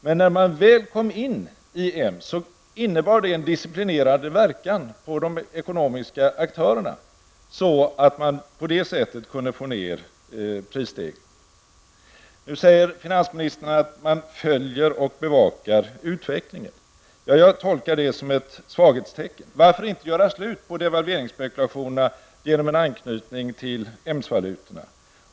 Inträdet i EMS, fick emellertid en disciplinerande verkan på de ekonomiska aktörerna, så att man på det sättet kunde få ned prisstegringen. Nu säger finansministern att man följer och bevakar utvecklingen. Jag tolkar det som ett svaghetstecken. Varför inte göra slut på devalveringsspekulationerna genom en anknytning till EMS-valutorna?